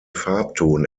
farbton